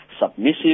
submissive